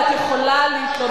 ואת יכולה להתלונן.